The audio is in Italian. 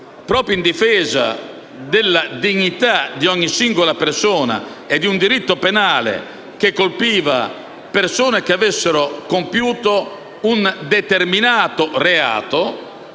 scolpito in difesa della dignità di ogni singola persona e di un diritto penale che colpiva persone che avessero compiuto un determinato reato.